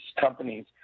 companies